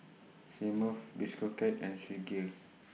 Smirnoff Bistro Cat and Swissgear